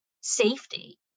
safety